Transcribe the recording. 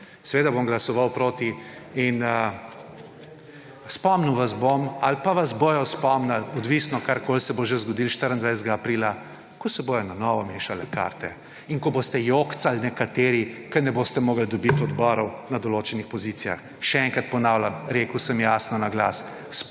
Seveda bom glasoval proti. In spomnil vas bom ali pa vas bodo spomnili, odvisno, karkoli se bo že zgodilo 24. aprila, ko se bodo na novo mešale karte. In ko boste jokcali nekateri, ki ne boste mogli dobiti **74. TRAK (VI) 16.20** (Nadaljevanje) odborov na določenih pozicijah. Še enkrat ponavljam, rekel sem jasno naglas,